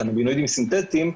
קנבינואידים סינתטיים,